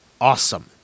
awesome